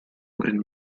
and